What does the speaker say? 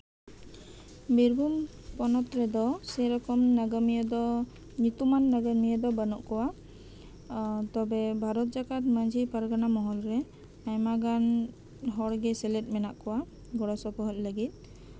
ᱵᱤᱨᱵᱷᱩᱢ ᱯᱚᱱᱚᱛ ᱨᱮᱫᱚ ᱥᱮ ᱨᱚᱠᱚᱢ ᱱᱟᱜᱟᱢᱤᱭᱟᱹ ᱫᱚ ᱧᱩᱛᱩᱢᱟᱱ ᱱᱟᱜᱟᱢᱤᱭᱟᱹ ᱫᱚ ᱵᱟᱹᱱᱩᱜ ᱠᱚᱣᱟ ᱛᱚᱵᱮ ᱵᱷᱟᱨᱚᱛ ᱡᱟᱠᱟᱛ ᱢᱟᱺᱡᱷᱤ ᱯᱟᱨᱜᱟᱱᱟ ᱢᱚᱦᱚᱞ ᱨᱮ ᱟᱭᱢᱟ ᱜᱟᱱ ᱦᱚᱲ ᱜᱮ ᱥᱮᱞᱮᱫ ᱢᱮᱱᱟᱜ ᱠᱚᱣᱟ ᱜᱚᱲᱚ ᱥᱚᱯᱚᱦᱚ ᱞᱟᱹᱜᱤᱫ